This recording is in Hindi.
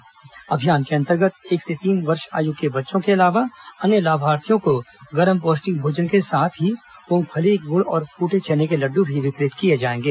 इस अभियान के अंतर्गत एक से तीन वर्ष आय वर्ग के बच्चों के अलावा अन्य लाभार्थियों को गरम पौष्टिक भोजन के साथ ही मूंगफली गुड़ और फूटे चने के लड्ड भी वितरित किए जाएंगे